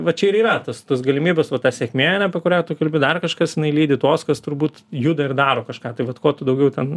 va čia ir yra tas tos galimybės va ta sėkmė ane apie kurią tu kalbi dar kažkas jinai lydi tuos kas turbūt juda ir daro kažką tai vat kuo tu daugiau ten